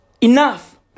Enough